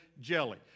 jelly